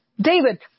David